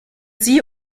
sie